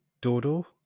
Dodo